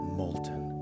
molten